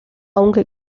aunque